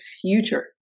future